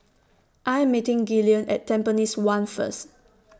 I Am meeting Gillian At Tampines one First